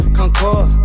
concord